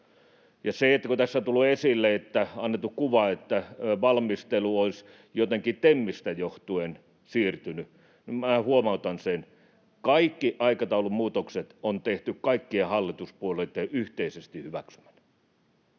Kun tässä on tullut esille ja on annettu kuva, että valmistelu olisi jotenkin TEMistä johtuen siirtynyt, niin huomautan: Kaikki aikataulun muutokset on tehty kaikkien hallituspuolueitten yhteisesti hyväksymänä,